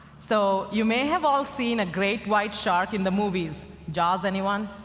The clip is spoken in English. so you may have all seen a great white shark in the movies. jaws, anyone?